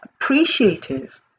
appreciative